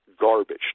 garbage